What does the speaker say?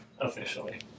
officially